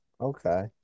Okay